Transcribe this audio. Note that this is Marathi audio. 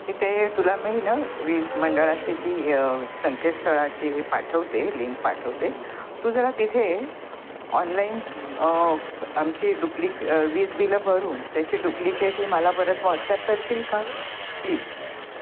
हे ते तुला मी आहे ना वीज मंडळाची ती संकेत स्थळाची हे पाठवते लिंक पाठवते तू जरा तिथे ऑनलाईन आमची डुप्ल वीज बिल भरून त्याची डुप्लिकेट ही मला परत व्हॉट्सअप करशील का प्लीज